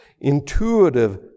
intuitive